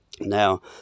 Now